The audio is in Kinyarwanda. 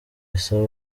bisaba